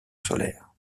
solaire